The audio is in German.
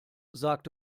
sagt